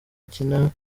akina